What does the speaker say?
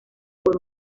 por